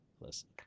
listen